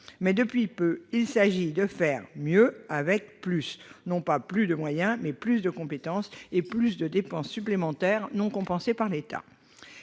Mais, depuis peu, il s'agit de faire mieux avec plus, non pas plus de moyens, mais plus de compétences et plus de dépenses supplémentaires non compensées par l'État.